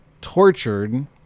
tortured